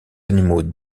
animaux